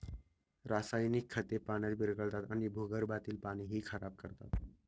रासायनिक खते पाण्यात विरघळतात आणि भूगर्भातील पाणीही खराब करतात